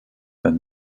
then